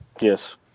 Yes